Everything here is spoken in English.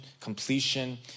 completion